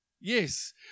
Yes